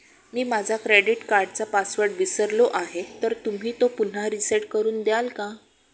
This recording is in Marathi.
मी माझा क्रेडिट कार्डचा पासवर्ड विसरलो आहे तर तुम्ही तो पुन्हा रीसेट करून द्याल का?